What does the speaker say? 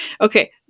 Okay